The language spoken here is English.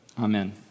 Amen